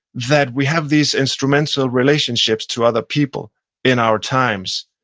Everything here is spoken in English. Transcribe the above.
that we have these instrumental relationships to other people in our times,